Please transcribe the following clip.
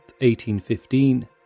1815